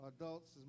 adults